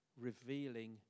revealing